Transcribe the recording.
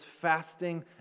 fasting